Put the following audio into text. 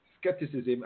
skepticism